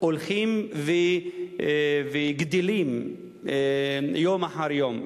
הולכים וגדלים יום אחר יום,